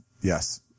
yes